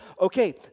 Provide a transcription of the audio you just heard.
Okay